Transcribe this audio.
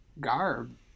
garb